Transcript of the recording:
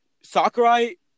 Sakurai